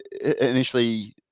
initially